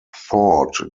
thought